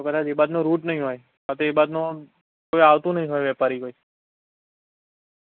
કદાચ એ બાજુનો રુટ નહીં હોય કાં તો એ બાજુનો કોઈ આવતું નહીં હોય વેપારી કોઈ